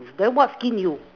then what skin you